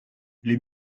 les